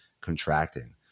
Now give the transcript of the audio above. contracting